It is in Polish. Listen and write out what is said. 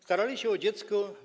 Starali się o dziecko.